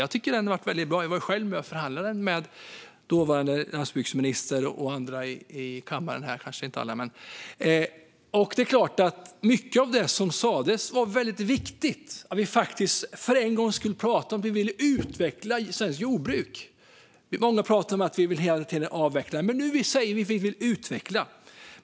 Jag tycker att den har varit väldigt bra; jag var ju själv med och förhandlade om den med dåvarande landsbygdsministern och andra här i kammaren. Mycket av det som sas vad väldigt viktigt. För en gångs skull pratade vi om att vi ville utveckla svenskt jordbruk. Många pratar om att vi hela tiden vill avveckla, men då sa vi att vi ville utveckla.